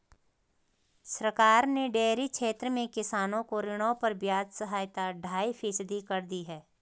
सरकार ने डेयरी क्षेत्र में किसानों को ऋणों पर ब्याज सहायता ढाई फीसदी कर दी है